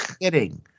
Kidding